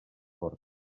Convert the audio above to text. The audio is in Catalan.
fort